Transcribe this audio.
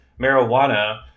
marijuana